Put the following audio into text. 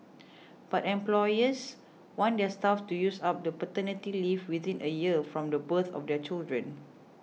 but employers want their staff to use up the paternity leave within a year from the birth of their children